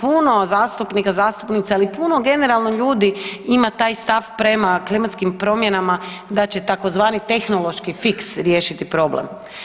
Puno, puno zastupnika, zastupnica ili puno generalno ljudi ima taj stav prema klimatskim promjenama da će tzv. tehnološki fiks riješiti problem.